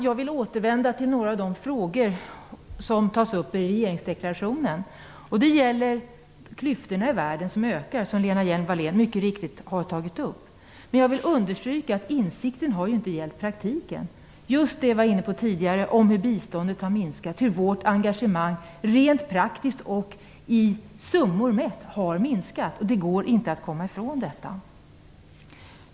Jag vill återvända till några av de frågor som tas upp i regeringsdeklarationen. Det gäller de ökande klyftorna i världen, som Lena Hjelm Wallén mycket riktigt har tagit upp. Men jag vill understryka att insikten inte har gällt praktiken. Vi var inne på just detta tidigare. Biståndet har minskat, och vårt engagemang har rent praktiskt och mätt i summor minskat. Det går inte att komma ifrån detta.